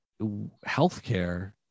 Healthcare